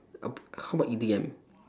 a b~ how about E_D_M